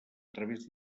través